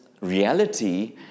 reality